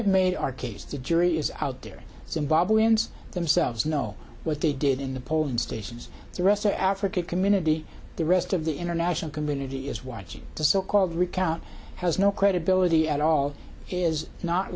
have made our case the jury is out there zimbabweans themselves know what they did in the polling stations the rest of africa community the rest of the international community is watching the so called recount has no credibility at all is not